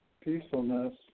peacefulness